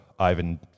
Ivan